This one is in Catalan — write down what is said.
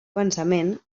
pensament